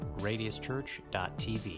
radiuschurch.tv